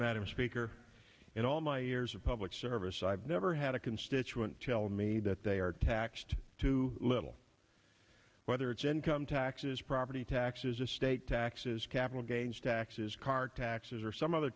madam speaker in all my years of public service i've never had a constituent tell me that they are taxed too little whether it's income taxes property taxes estate taxes capital gains taxes car taxes or some other